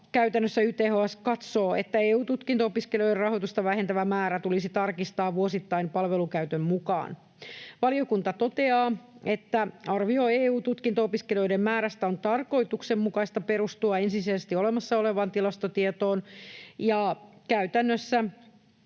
Käytännössä YTHS katsoo, että EU-tutkinto-opiskelijoiden rahoitusta vähentävä määrä tulisi tarkistaa vuosittain palvelukäytön mukaan. Valiokunta toteaa, että arvion EU-tutkinto-opiskelijoiden määrästä on tarkoituksenmukaista perustua ensisijaisesti olemassa olevaan tilastotietoon, ja käytännössä